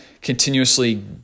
continuously